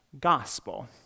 gospel